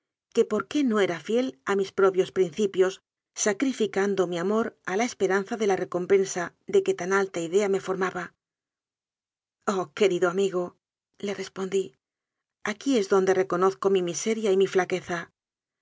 que por qué no era fiel a mis propios princi pios sacrificando mi amor a la esperanza de la recompensa de que tan alta idea me formaba oh querido amigo le respondí aquí es don de reconozco mi miseria y mi flaqueza